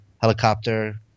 helicopter